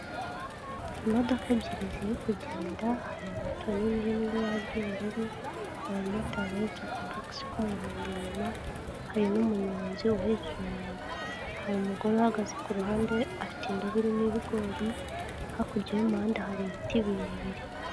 Imodoka ebyiri ziri kugenda, hari moto nini iri mu ibara ry'ubururu, hari umumotari uhetse akabogisi k'umuhondo inyuma, hari n'umuyonzi uhetse umuntu, hari umugore uhagaze ku ruhande afite indobo irimo ibigori, hakurya y'umuhanda hari ibiti birebire.